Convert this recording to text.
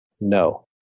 no